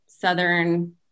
southern